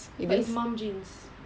but it's mum jeans